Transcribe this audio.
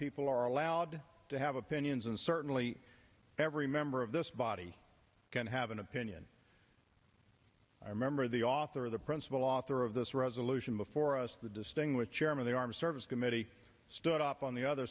people are allowed to have opinions and certainly every member of this body can have an opinion i remember the author of the principal author of this resolution before us the distinguished chairman the armed service committee stood up on the other